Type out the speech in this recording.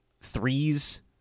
threes